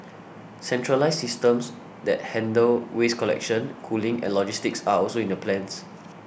centralised systems that handle waste collection cooling and logistics are also in the plans